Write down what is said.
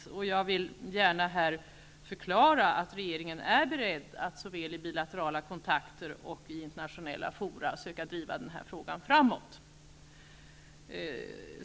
Jag vill gärna här förklara att regeringen är beredd att såväl i bilaterala kontakter som inför internationella fora söka driva den här frågan framåt.